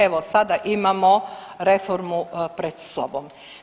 Evo sada imamo reformu pred sobom.